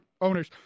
Owners